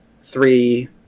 three